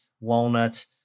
walnuts